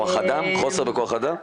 חוסר בכח אדם?